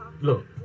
look